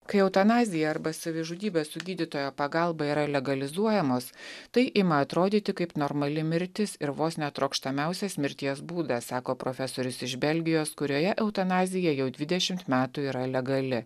kai eutanazija arba savižudybė su gydytojo pagalba yra legalizuojamos tai ima atrodyti kaip normali mirtis ir vos netrokštamiausias mirties būdas sako profesorius iš belgijos kurioje eutanazija jau dvidešimt metų yra legali